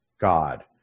God